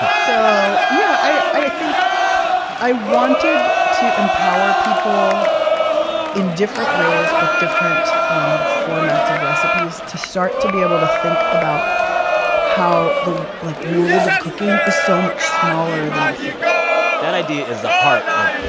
ah so yeah, i i think i wanted to empower people in different ways with different um formats of recipes to start to be able to think about how the, like, world of cooking is so much smaller than you think that idea is the heart of.